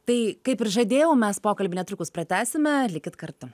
tai kaip ir žadėjau mes pokalbį netrukus pratęsime likit kartu